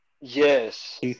yes